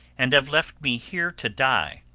and have left me here to die.